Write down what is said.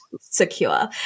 secure